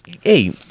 hey